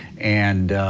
and,